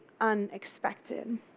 unexpected